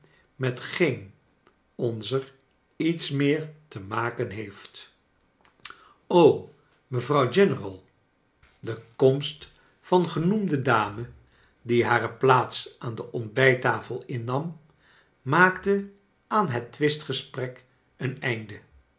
met geen onzer iets meer te maken heeft o mevrouw general de komst van genoemde dame die hare plaats aan de ontbijttafel innam maakte aan het twistgesprek een einde